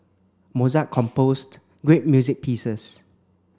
Mozart composed great music pieces